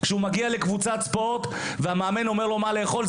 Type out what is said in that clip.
כשהוא מגיע לקבוצת ספורט והמאמן אומר לו מה לאכול,